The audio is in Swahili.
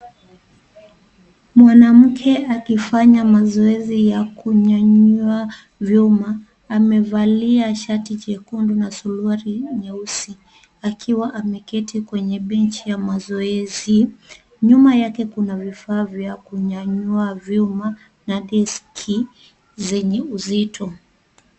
Mwanamke akifanya mazoezi ya kunyanyua vyuma amevalia shati jekundu na suruali nyeusi akiwa ameketi kwenye benchi ya mazoezi, nyuma yake kuna vifaa vya kunyanyua vyuma na diski zenye uzito.